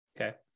Okay